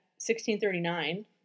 1639